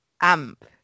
Amp